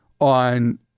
on